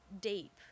deep